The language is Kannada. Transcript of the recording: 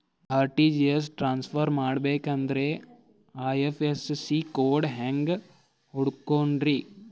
ಆರ್.ಟಿ.ಜಿ.ಎಸ್ ಟ್ರಾನ್ಸ್ಫರ್ ಮಾಡಬೇಕೆಂದರೆ ಐ.ಎಫ್.ಎಸ್.ಸಿ ಕೋಡ್ ಹೆಂಗ್ ಹುಡುಕೋದ್ರಿ?